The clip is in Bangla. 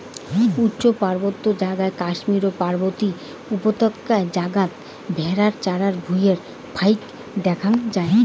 উচা পার্বত্য জাগা কাশ্মীর ও পার্বতী উপত্যকা জাগাত ভ্যাড়া চরার ভুঁই ফাইক দ্যাখ্যাং যাই